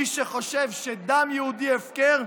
מי שחושב שדם יהודי הפקר,